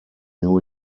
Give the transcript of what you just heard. new